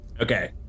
Okay